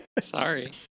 Sorry